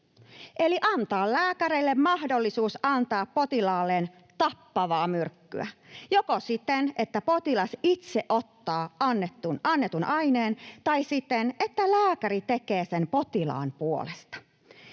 eli antaa lääkäreille mahdollisuus antaa potilaalleen tappavaa myrkkyä joko siten, että potilas itse ottaa annetun aineen, tai siten, että lääkäri tekee sen potilaan puolesta.